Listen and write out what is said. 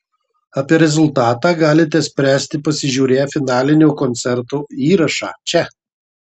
apie rezultatą galite spręsti pasižiūrėję finalinio koncerto įrašą čia